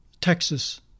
Texas